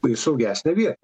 į saugesnę vietą